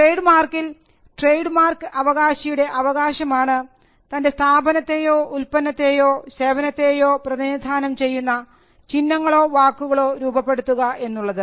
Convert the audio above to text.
trade മാർക്കിൽ trade mark അവകാശിയുടെ അവകാശമാണ് തൻറെ സ്ഥാപനത്തെയോ ഉൽപ്പന്നത്തെയോ സേവനത്തെയോ പ്രതിനിധാനം ചെയ്യുന്ന ചിഹ്നങ്ങളോ വാക്കുകളോ രൂപപ്പെടുത്തുക എന്നുള്ളത്